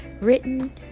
written